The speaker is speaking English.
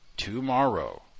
Tomorrow